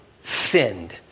sinned